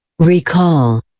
Recall